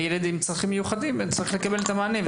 וילד עם צרכים מיוחדים צריך לקבל את המענה,